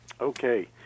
Okay